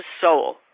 soul